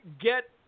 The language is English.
get